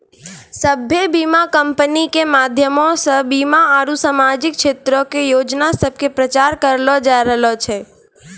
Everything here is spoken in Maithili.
सभ्भे बीमा कंपनी के माध्यमो से बीमा आरु समाजिक क्षेत्रो के योजना सभ के प्रचार करलो जाय रहलो छै